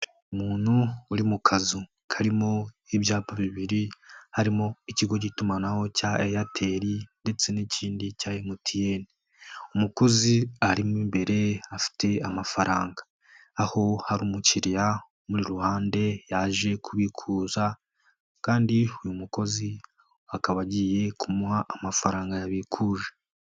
Umuntu uri mu kazu karimo ibyapa bibiri harimo ikigo cy'itumanaho cya Airtel ndetse n'ikindi cya MTN. Umukozi ari mo imbere afite amafaranga aho hari umukiriya umuri iruhande yaje kubikuza kandi uyu mukozi akaba agiye kumuha amafaranga yabikuje.